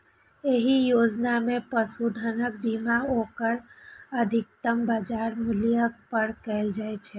एहि योजना मे पशुधनक बीमा ओकर अधिकतम बाजार मूल्य पर कैल जाइ छै